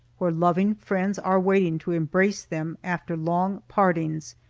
where loving friends are waiting to embrace them after long partings.